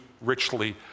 richly